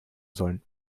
sollen